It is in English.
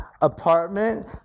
apartment